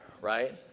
right